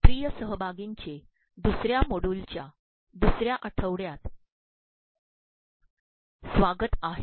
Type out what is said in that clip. प्रिय सहभागींचे दुसऱ्या मोड्यूलच्या दुसऱ्या आठवड्यात स्वागत आहे